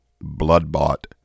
blood-bought